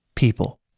people